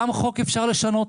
גם חוק אפשר לשנות,